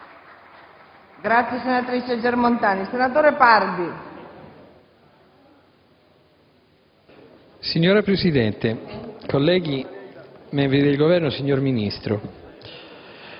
Signora Presidente, colleghi, membri del Governo, signor Ministro,